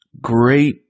Great